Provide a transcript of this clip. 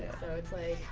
so it's like,